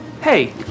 Hey